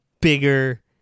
bigger